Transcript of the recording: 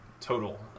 total